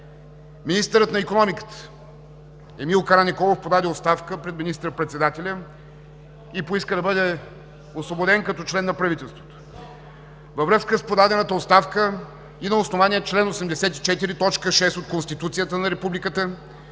Министърът на икономиката Емил Караниколов подаде оставка пред министър-председателя и поиска да бъде освободен като член на правителството. Във връзка с подадената оставка и на основание чл. 84, т. 6 от Конституцията на Републиката